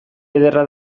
ederra